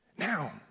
Now